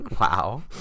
wow